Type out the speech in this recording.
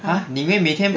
ha 你以为每天